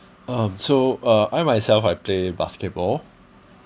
um so uh I myself I play basketball